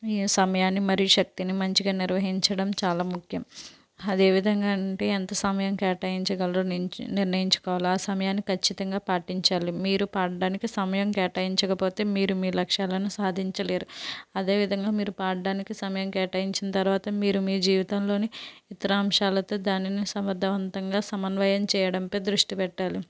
మీ సమయాన్ని మరియు శక్తిని మంచిగా నిర్వహించడం చాలా ముఖ్యం అదేవిధంగా అంటే ఎంత సమయాన్ని కేటాయించగలరు నిర్ణయించుకోవాలి ఆ సమయాన్ని ఖచ్చితంగా పాటించాలి మీరు పాడడానికి సమయం కేటాయించకపోతే మీరు మీ లక్ష్యాలను సాధించలేరు అదేవిధంగా మీరు పాడడానికి సమయం కేటాయించిన తర్వాత మీరు మీ జీవితంలోని ఇతర అంశాలతో దానిని సమర్థవంతంగా సమన్వయం చేయడంపై దృష్టి పెట్టాలి